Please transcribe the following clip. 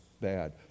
bad